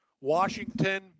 Washington